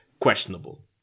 questionable